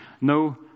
No